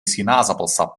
sinaasappelsap